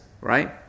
right